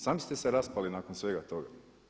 Sami ste se raspali nakon svega toga.